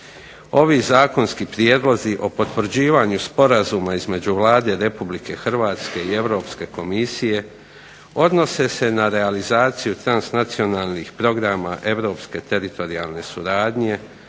Ovi Zakonski prijedlozi o potvrđivanju Sporazuma između Vlade Republike Hrvatske i Europske komisije odnose se na realizaciju transnacionalnih programa Europske teritorijalne suradnje,